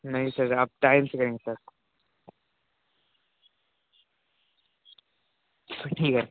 नहीं सर अब टाइम से आएँगे सर ठीक है